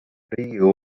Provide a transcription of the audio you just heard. riigikogu